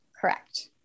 Correct